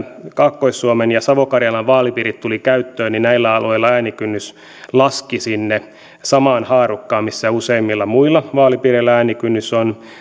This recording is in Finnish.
kaakkois suomen ja savo karjalan vaalipiirit tulivat käyttöön näillä alueilla äänikynnys laski sinne samaan haarukkaan missä useimmissa muissa vaalipiireissä äänikynnys on